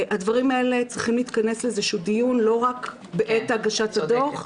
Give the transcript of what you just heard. הדברים האלה צריכים להתכנס לאיזה שהוא דיון לא רק בעת הגשת הדו"ח.